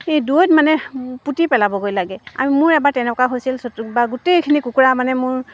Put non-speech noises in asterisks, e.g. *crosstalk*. এই দূৰৈত মানে পুতি পেলাবগৈ লাগে আমি মোৰ এবাৰ তেনেকুৱা হৈছিল *unintelligible* গোটেইখিনি কুকুৰা মানে মোৰ